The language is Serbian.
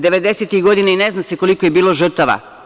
Devedesetih godina i ne zna se koliko je bilo žrtava.